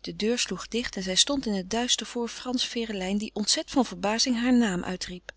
de deur sloeg dicht en zij stond in het duister voor frans ferelijn die ontzet van verbazing haar naam uitriep